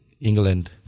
England